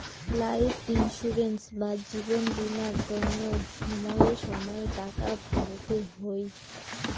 life insurance বা জীবন বীমার তন্ন সময়ে সময়ে টাকা ভরতে হই